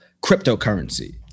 cryptocurrency